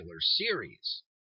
series